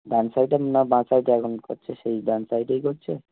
ডান সাইডের না বাঁ সাইডে এখন করছে সেই ডান সাইডেই করছে